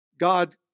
God